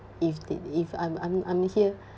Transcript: if they if I'm I'm I'm here